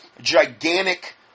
gigantic